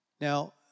Now